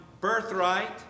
birthright